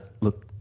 Look